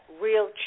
real